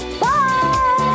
Bye